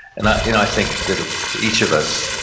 and i you know i think that ah each of us,